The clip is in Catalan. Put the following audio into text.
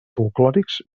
folklòrics